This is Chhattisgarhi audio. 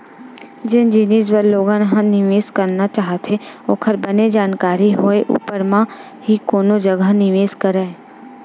जेन जिनिस बर लोगन ह निवेस करना चाहथे ओखर बने जानकारी होय ऊपर म ही कोनो जघा निवेस करय